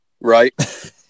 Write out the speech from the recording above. right